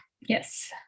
yes